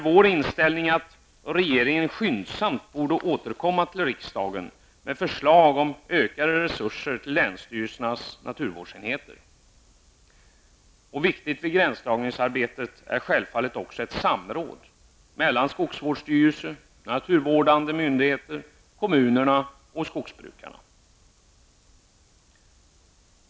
Vår inställning är att regeringen skyndsamt borde återkomma till riksdagen med förslag om ökade resurser till länsstyrelsernas naturvårdsenheter. Viktigt vid gränsdragningsarbetet är självfallet också ett samråd mellan skogsvårdsstyrelse, naturvårdande myndigheter, kommunerna och skogsbrukarna.